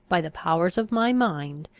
by the powers of my mind,